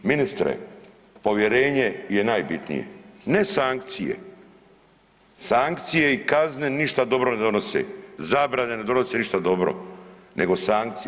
Ministre povjerenje je najbitnije, ne sankcije, sankcije i kazne ništa dobro ne donose, zabrane ne donose ništa dobro nego sankcije.